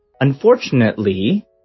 Unfortunately